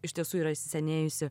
iš tiesų yra įsisenėjusi